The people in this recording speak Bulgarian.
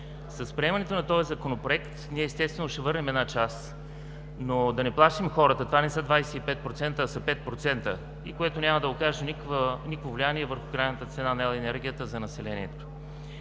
С приемането на този законопроект ние, естествено, ще върнем една част, но да не плашим хората. Това не са 25%, а са 5%, което няма да окаже никакво влияние върху крайната цена на ел. енергията за населението.